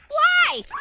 why?